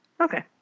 Okay